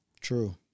true